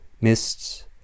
mists